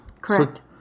Correct